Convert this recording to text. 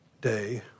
day